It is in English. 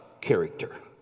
character